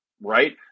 right